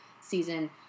season